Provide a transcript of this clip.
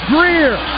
Greer